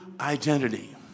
identity